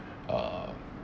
uh